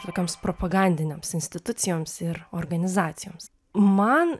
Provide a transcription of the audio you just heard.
tokioms propagandinėms institucijoms ir organizacijoms man